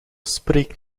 spreek